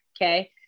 okay